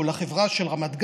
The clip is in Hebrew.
או לחברה של רמת גן,